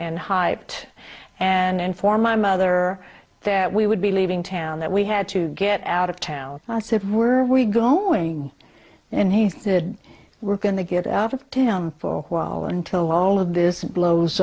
and hyped and for my mother that we would be leaving town that we had to get out of town so if we were we go morning and he said we're going to get out of town for a while until all of this blows